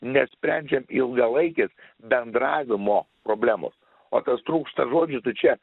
nesprendžiant ilgalaikės bendravimo problemos o tas trūksta žodžių tai čia